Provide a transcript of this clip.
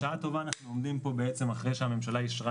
בשעה טובה אנחנו עומדים כאן אחרי שהממשלה אישרה